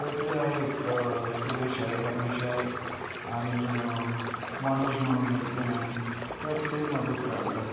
तर ते आहेत सुरेश आहे रमेश आहे आणि मनोज म्हणून एकजण आहे तर ते मदत करतात